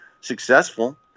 successful